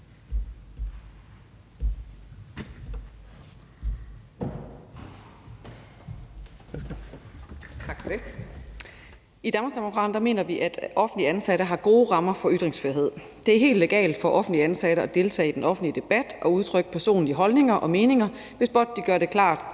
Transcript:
Tak for det.